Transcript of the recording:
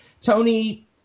Tony